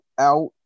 out